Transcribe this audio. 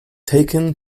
taken